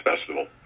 Festival